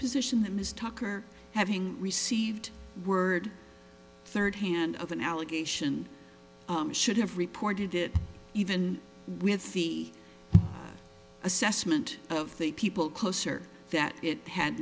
position ms tucker having received word third hand of an allegation should have reported that even with the assessment of the people closer that it had